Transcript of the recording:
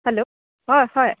hello অঁ হয়